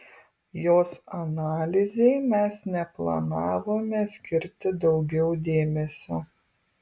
jos analizei mes neplanavome skirti daugiau dėmesio